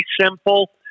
simple